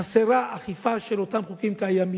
חסרה אכיפה של אותם חוקים קיימים,